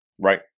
Right